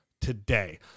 today